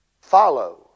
follow